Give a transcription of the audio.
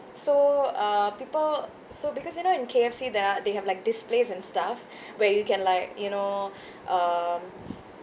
so uh people so because you know in K_F_C there are they have like displays and stuff where you can like you know um